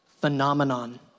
phenomenon